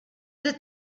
that